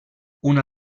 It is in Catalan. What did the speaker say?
una